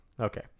Okay